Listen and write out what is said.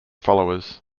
followers